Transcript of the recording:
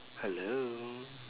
hello